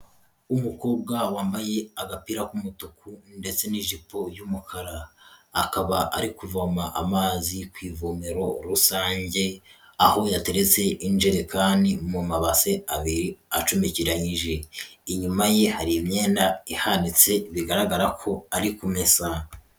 Umukobwa wambaye agapira k'umutuku ndetse n'ijipo y'umukara, akaba ari kuvoma amazi ku ivomero rusange aho yateretse injerekani mu mabase abiri acomekeranyije, inyuma ye hari imyenda ihanitse bigaragara ko ari kumesa.